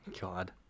God